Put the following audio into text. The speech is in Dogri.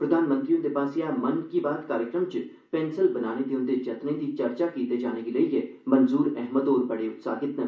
प्रधानमंत्री हृंदे आसेआ मन की बात कार्यक्रम च पेंसिल बनाने दे उंदे जतनें दी चर्चा कीते जाने गी लेइयै मंजूर अहमद होर बड़े उत्साहित न